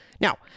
Now